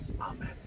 Amen